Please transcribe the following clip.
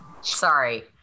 Sorry